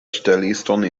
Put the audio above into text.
ŝteliston